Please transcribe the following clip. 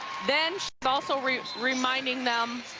then she's also reminding them,